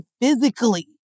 physically